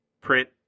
print